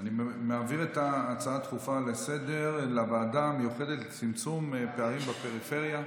את ההצעה הדחופה לסדר-היום לוועדה המיוחדת לצמצום פערים בפריפריה,